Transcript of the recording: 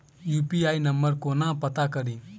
UPI number केना पत्ता कड़ी?